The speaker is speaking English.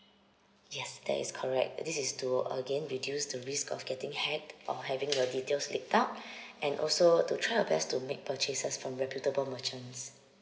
yes that is correct this is to again reduce the risk of getting hacked or having your details take out and also to try your best to make purchases from reputable merchants